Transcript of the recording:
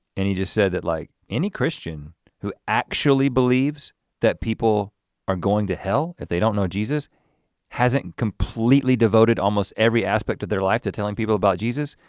and he just said that, like any christian who actually believes that people are going to hell, if they don't know jesus hasn't completely devoted almost every aspect of their life to telling people about jesus.